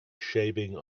shaving